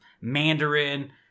Mandarin